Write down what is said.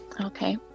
Okay